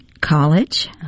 College